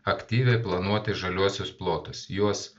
aktyviai planuoti žaliuosius plotus juos